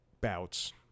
bouts